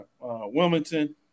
Wilmington